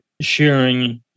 sharing